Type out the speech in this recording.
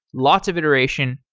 lots of iteration,